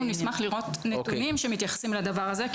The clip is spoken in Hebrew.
נשמח לראות נתונים שמתייחסים לדבר הזה,